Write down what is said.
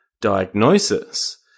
diagnosis